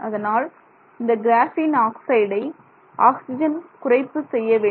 அதனால் இந்த கிராஃபீன் ஆக்சைடை ஆக்சிஜன் குறைப்பு செய்ய வேண்டும்